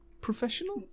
professional